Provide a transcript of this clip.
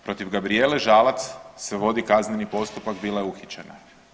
Protiv Gabrijele Žalac se vodi kazneni postupak bila je uhićena.